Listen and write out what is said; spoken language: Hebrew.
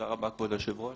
רבה כבוד היושב ראש.